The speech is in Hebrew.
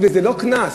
וזה לא קנס,